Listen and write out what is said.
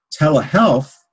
telehealth